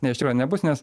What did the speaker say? ne iš tikro nebus nes